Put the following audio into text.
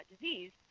disease